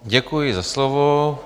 Děkuji za slovo.